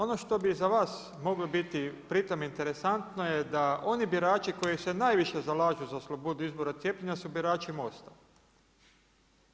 Ono što bi za vas moglo biti pritom interesantno je da oni birači koji se najviše zalažu slobodu izbora cijepljenja su birači MOST-a.